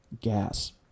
gas